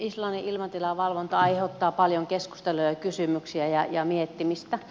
islannin ilmatilan valvonta aiheuttaa paljon keskustelua ja kysymyksiä ja miettimistä